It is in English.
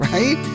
Right